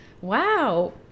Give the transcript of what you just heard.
wow